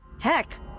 Heck